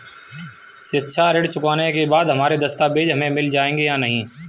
शिक्षा ऋण चुकाने के बाद हमारे दस्तावेज हमें मिल जाएंगे या नहीं?